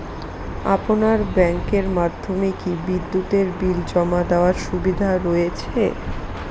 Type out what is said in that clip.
আপনার ব্যাংকের মাধ্যমে কি বিদ্যুতের বিল জমা দেওয়ার সুবিধা রয়েছে?